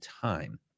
time